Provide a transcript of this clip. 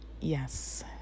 Yes